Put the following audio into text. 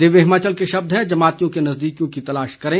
दिव्य हिमाचल के शब्द हैं जमातियों के नज़दीकियों की तलाश करें